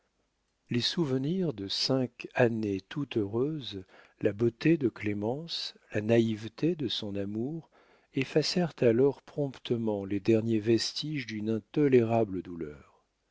les souvenirs de cinq années tout heureuses la beauté de clémence la naïveté de son amour effacèrent alors promptement les derniers vestiges d'une intolérable douleur